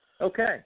Okay